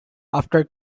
after